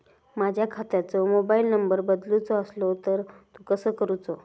माझ्या खात्याचो mobile number बदलुचो असलो तर तो कसो करूचो?